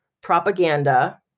propaganda